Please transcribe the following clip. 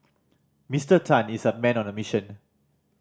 Mister Tan is a man on a mission